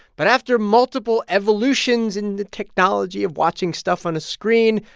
but after multiple evolutions in the technology of watching stuff on a screen,